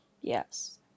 Yes